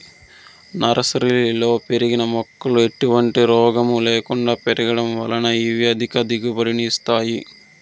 నర్సరీలలో పెరిగిన మొక్కలు ఎటువంటి రోగము లేకుండా పెరగడం వలన ఇవి అధిక దిగుబడిని ఇస్తాయి